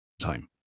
time